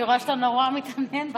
אני רואה שאתה נורא מתעניין בקרקע.